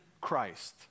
Christ